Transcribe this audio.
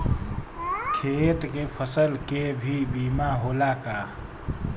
खेत के फसल के भी बीमा होला का?